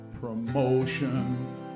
Promotion